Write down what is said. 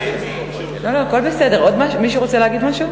לא, הכול בסדר, מישהו רוצה להגיד משהו?